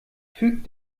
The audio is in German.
füg